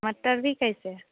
मटर भी कैसे